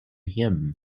him